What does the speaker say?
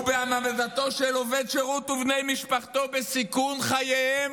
ובהעמדתו של עובד שירות ובני משפחתו בסיכון לחייהם